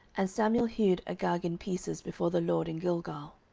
and samuel hewed agag in pieces before the lord in gilgal.